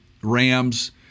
Rams